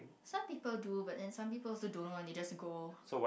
some people do but then some people also don't know they just go